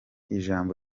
ijambo